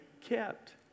kept